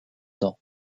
dent